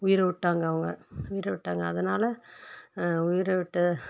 உயிரை விட்டாங்க அவங்க உயிரை விட்டாங்க அதனாலே உயிரை விட்டு